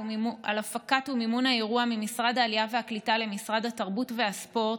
הפקת האירוע ומימונו ממשרד העלייה והקליטה למשרד התרבות והספורט,